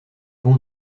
bon